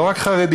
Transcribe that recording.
לא רק חרדים,